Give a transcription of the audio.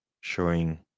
showing